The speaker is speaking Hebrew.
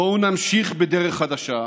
בואו נמשיך בדרך חדשה.